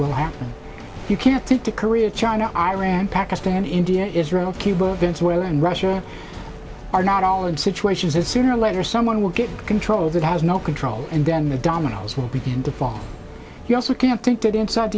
will happen you can't take to korea china iran pakistan india israel cuba venezuela and russia are not all in situations that sooner or later someone will get control that has no control and then the dominoes will begin to fall you also can't think that in